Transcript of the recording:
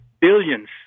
billions